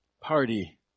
party